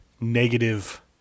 negative